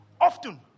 Often